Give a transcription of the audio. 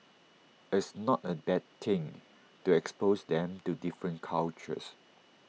it's not A bad thing to expose them to different cultures